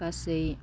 गासै